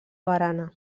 barana